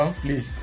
please